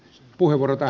puhevuorta